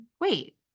Wait